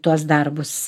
tuos darbus